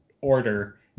order